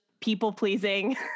people-pleasing